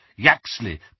Yaxley